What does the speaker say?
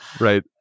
right